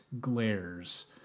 glares